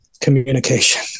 communication